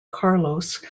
carlos